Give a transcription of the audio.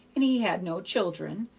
and he had no children,